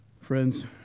friends